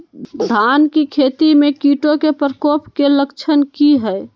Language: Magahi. धान की खेती में कीटों के प्रकोप के लक्षण कि हैय?